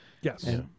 Yes